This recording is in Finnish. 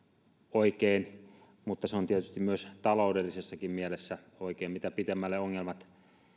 oikein mutta se on tietysti myös taloudellisessakin mielessä oikein mitä pitemmälle ongelmat